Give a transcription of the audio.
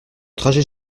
trajet